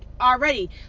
already